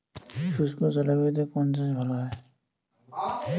শুষ্ক জলবায়ুতে কোন চাষ ভালো হয়?